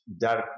dark